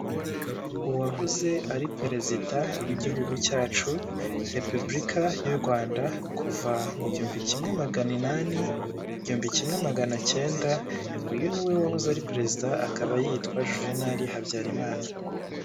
Uwahoze ari perezida w'igihugu cyacu repubulika y'u Rwanda kuva mu gihumbi kimwe magana inani, igihumbi kimwe magana akenda, uyu niwe wahoze ari perezida akaba yitwa Juvenari Habyarimana.